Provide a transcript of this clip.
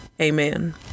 Amen